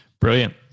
Brilliant